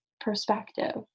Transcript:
perspective